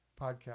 podcast